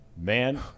man